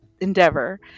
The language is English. endeavor